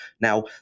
Now